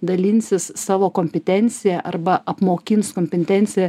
dalinsis savo kompetencija arba apmokins kompetencija